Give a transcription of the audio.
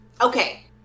okay